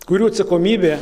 kurių atsakomybė